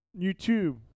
YouTube